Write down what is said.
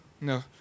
No